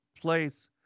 place